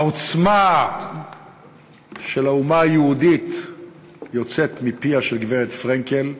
העוצמה של האומה היהודית יוצאת מפיה של גברת פרנקל,